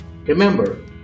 Remember